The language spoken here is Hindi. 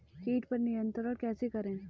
कीट पर नियंत्रण कैसे करें?